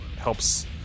helps